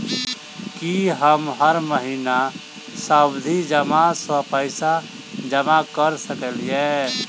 की हम हर महीना सावधि जमा सँ पैसा जमा करऽ सकलिये?